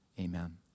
Amen